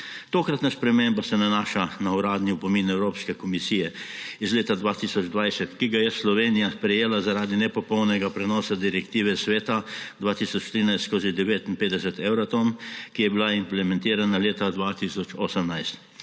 Tokratna sprememba se nanaša na uradni opomin Evropske komisije iz leta 2020, ki ga je Slovenija sprejela zaradi nepopolnega prenosa direktive Sveta 2013/59 Euratom, ki je bila implementirana leta 2018.